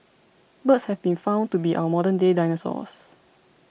birds have been found to be our modernday dinosaurs